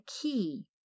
key